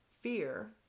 fear